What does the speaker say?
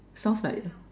sounds like